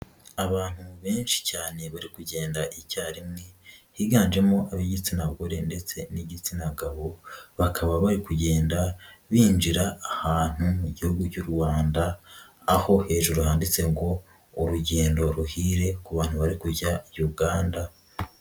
Abantu benshi cyane bari kugenda icyarimwe, higanjemo ab'igitsina gore ndetse n'igitsina gabo, bakaba bari kugenda binjira ahantu mu gihugu cy'u Rwanda, aho hejuru handitse ngo urugendo ruhire ku bantu bari kujya Uganda.